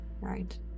Right